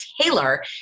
Taylor